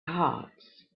hearts